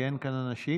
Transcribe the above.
כי אין כאן אנשים.